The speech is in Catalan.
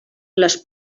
les